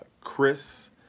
Chris